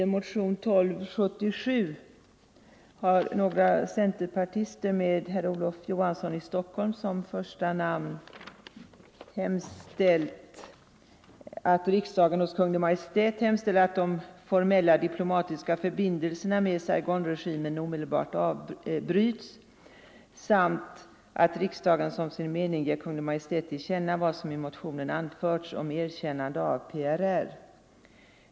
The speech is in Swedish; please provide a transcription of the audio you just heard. I motionen 1277 har några centerpartister med herr Olof Johansson i Stockholm som första namn hemställt ”att riksdagen hos Kungl. Maj:t hemställer att de formella diplomatiska förbindelserna med Saigonregimen omedelbart bryts, samt att riksdagen som sin mening ger Kungl. Maj:t till känna vad som i motionen anförts om erkännande av PRR”.